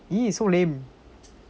!ee! so lame